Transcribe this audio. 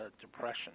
depression